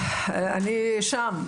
אני שם,